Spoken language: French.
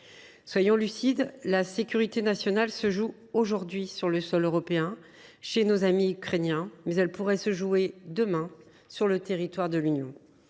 Soyons lucides : la sécurité nationale se joue aujourd’hui sur le sol européen, chez nos amis ukrainiens, mais elle pourrait se jouer demain sur le territoire de l’Union